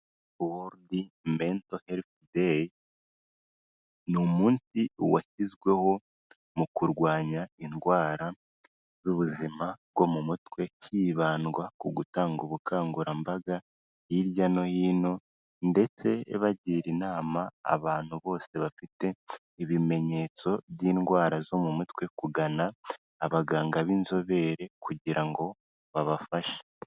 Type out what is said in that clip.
World Mental Health Day, ni umunsi washyizweho mu kurwanya indwara z'ubuzima bwo mu mutwe hibandwa ku gutanga ubukangurambaga hirya no hino, ndetse bagira inama abantu bose bafite ibimenyetso by'indwara zo mu mutwe kugana abaganga b'inzobere kugira ngo babafashe.